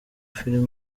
film